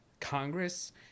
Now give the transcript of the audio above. Congress